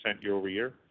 year-over-year